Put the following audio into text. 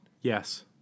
Yes